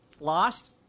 Lost